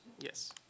Yes